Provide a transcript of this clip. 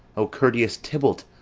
o courteous tybalt!